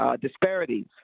disparities